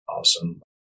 awesome